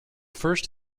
first